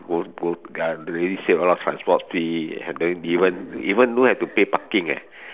both both already save a lot transport fee and then don't even even don't have to pay parking eh